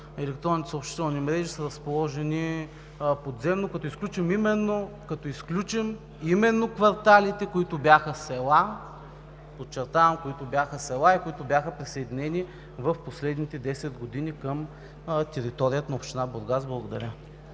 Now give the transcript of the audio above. електронните съобщителни мрежи са разположени подземно, като изключим именно кварталите, които бяха села и бяха присъединени в последните десет години към територията на община Бургас. Благодаря.